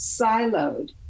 siloed